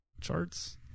charts